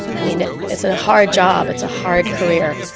i mean, it's a hard job. it's a hard career.